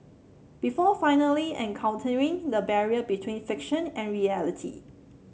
before finally encountering the barrier between fiction and reality